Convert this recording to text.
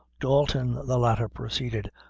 dalton, the latter proceeded,